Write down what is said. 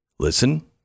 Listen